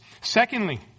Secondly